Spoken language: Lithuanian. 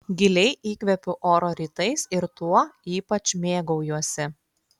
giliai įkvepiu oro rytais ir tuo ypač mėgaujuosi